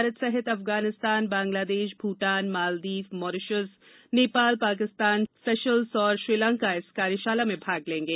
भारत सहित Afghanistan Bangladesh Bhutan Maldives Mauritius Nepal Pakistan Seychelles और श्रीलंका इस कार्यशाला में भाग लेंगे